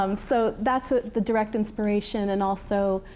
um so that's the direct inspiration, and also,